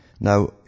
Now